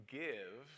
give